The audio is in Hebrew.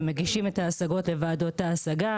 הם מגישים את ההשגות לוועדות ההשגה.